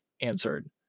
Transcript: answered